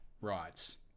rights